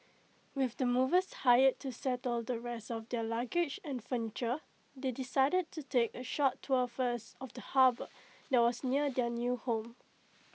with the movers hired to settle the rest of their luggage and furniture they decided to take A short tour first of the harbour that was near their new home